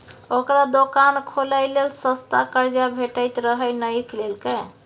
ओकरा दोकान खोलय लेल सस्ता कर्जा भेटैत रहय नहि लेलकै